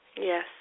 Yes